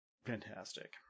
Fantastic